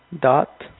Dot